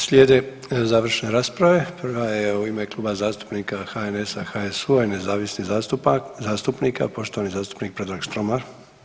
Slijede završne rasprave, prva je u ime Kluba zastupnika HNS-a, HSU-a i nezavisnih zastupnika, poštovani zastupnik Predrag Štromar.